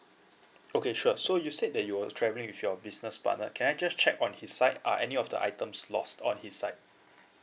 okay sure so you said that you were travelling with your business partner can I just check on his side are any of the items lost on his side